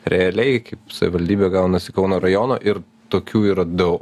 realiai kaip savivaldybė gaunasi kauno rajono ir tokių yra daug